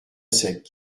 sec